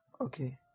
Okay